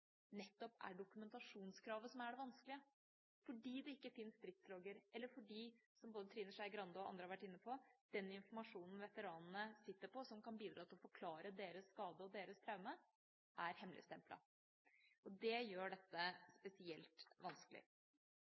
er det nettopp dokumentasjonskravet som er det vanskelige, fordi det ikke finnes stridslogger, eller fordi, som både Trine Skei Grande og andre har vært inne på, den informasjonen veteranene sitter på, som kan bidra til å forklare deres skade og deres traume, er hemmeligstemplet. Det gjør dette spesielt vanskelig.